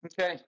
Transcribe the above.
Okay